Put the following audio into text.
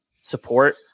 support